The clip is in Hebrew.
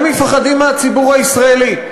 הם מפחדים מהציבור הישראלי.